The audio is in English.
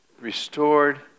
restored